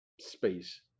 space